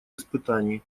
испытаний